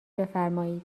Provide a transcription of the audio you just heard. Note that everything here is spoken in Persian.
بفرمایید